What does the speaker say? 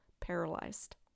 paralyzed